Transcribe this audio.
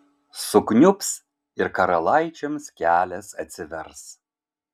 sukniubs ir karalaičiams kelias atsivers